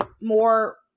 more